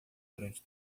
durante